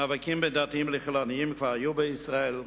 מאבקים בין דתיים לחילונים כבר היו בישראל,